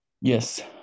Yes